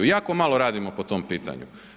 Jako malo radimo po tom pitanju.